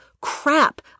crap